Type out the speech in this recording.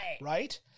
Right